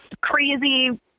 crazy